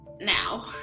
now